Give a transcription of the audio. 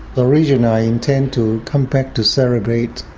originally i intend to come back to celebrate